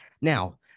now